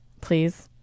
please